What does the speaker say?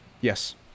Yes